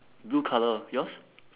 blue colour yours